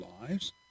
lives